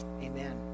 Amen